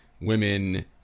women